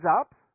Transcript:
up